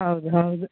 ಹೌದು ಹೌದು